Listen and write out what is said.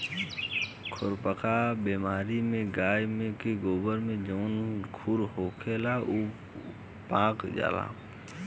खुरपका बेमारी में गाय के गोड़ में जवन खुर होला उ पाक जाला